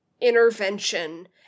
intervention